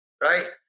right